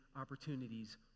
opportunities